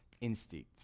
instinct